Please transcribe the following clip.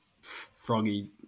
froggy